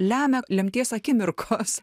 lemia lemties akimirkos